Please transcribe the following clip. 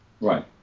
Right